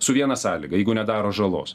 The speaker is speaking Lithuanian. su viena sąlyga jeigu nedaro žalos